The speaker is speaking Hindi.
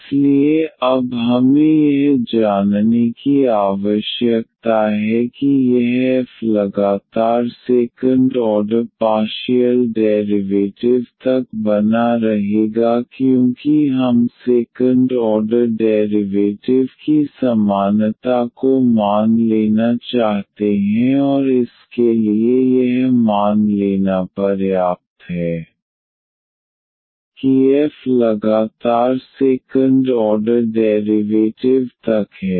इसलिए अब हमें यह जानने की आवश्यकता है कि यह f लगातार सेकंड ऑर्डर पार्शियल डेरिवेटिव तक बना रहेगा क्योंकि हम सेकंड ऑर्डर डेरिवेटिव की समानता को मान लेना चाहते हैं और इसके लिए यह मान लेना पर्याप्त है कि f लगातार सेकंड ऑर्डर डेरिवेटिव तक है